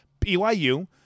BYU